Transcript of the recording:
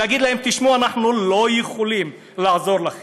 אומרת להן: אנחנו לא יכולים לעזור לכן.